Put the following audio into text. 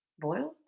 Boiled